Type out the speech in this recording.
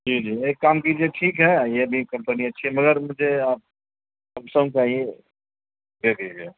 جی جی ایک کام کیجیے ٹھیک ہے یہ بھی کمپنی اچھی ہے مگر مجھے آپ سمسنگ کا ہی دے دیجیے